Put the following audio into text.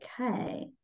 okay